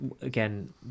again